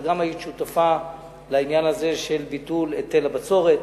גם את היית שותפה לעניין הזה של ביטול היטל הבצורת,